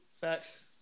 Facts